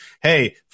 hey